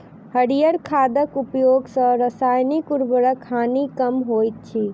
हरीयर खादक उपयोग सॅ रासायनिक उर्वरकक हानि कम होइत अछि